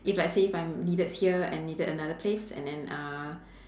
if let's say if I'm needed here and needed another place and then uh